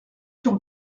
sur